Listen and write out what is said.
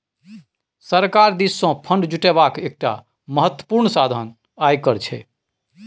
सरकार दिससँ फंड जुटेबाक एकटा महत्वपूर्ण साधन आयकर छै